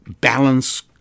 balance